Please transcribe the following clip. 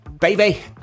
baby